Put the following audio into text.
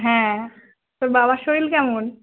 হ্যাঁ তোর বাবার শরীর কেমন